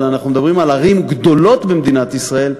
אבל אנחנו מדברים על ערים גדולות במדינת ישראל,